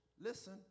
Listen